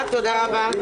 50 יום לפני הבחירות,